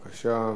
בבקשה,